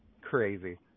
crazy